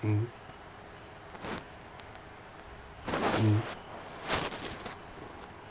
mmhmm mmhmm